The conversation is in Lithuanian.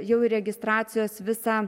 jau į registracijos visą